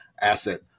asset